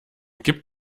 gibt